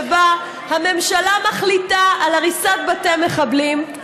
שבה הממשלה מחליטה על הריסת בתי מחבלים,